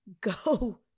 go